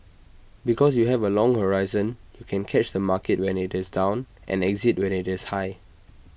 because you have A long horizon you can catch the market when its down and exit when it's high